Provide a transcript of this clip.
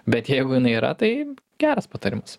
bet jeigu jinai yra tai geras patarimas